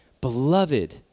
beloved